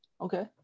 Okay